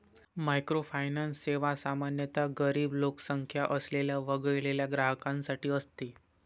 microfinance सेवा सामान्यतः गरीब लोकसंख्या असलेल्या वगळलेल्या ग्राहकांसाठी असते